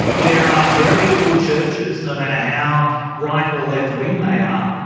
there are very few churches no matter how right or left wing they are,